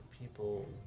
people